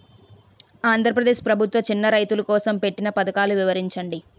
ఆంధ్రప్రదేశ్ ప్రభుత్వ చిన్నా రైతుల కోసం పెట్టిన పథకాలు వివరించండి?